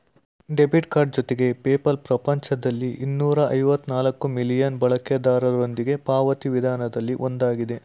debit card ಜೊತೆಗೆ PayPal ಪ್ರಪಂಚದಲ್ಲಿ ಇನ್ನೂರ ಐವತ್ತ ನಾಲ್ಕ್ ಮಿಲಿಯನ್ ಬಳಕೆದಾರರೊಂದಿಗೆ ಪಾವತಿ ವಿಧಾನದಲ್ಲಿ ಒಂದಾಗಿದೆ